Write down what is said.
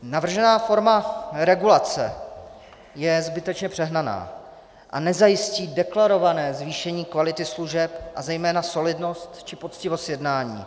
Navržená forma regulace je zbytečně přehnaná a nezajistí deklarované zvýšení kvality služeb a zejména solidnost či poctivost jednání.